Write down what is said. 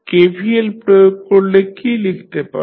KVL প্রয়োগ করলে কী লিখতে পারেন